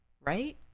right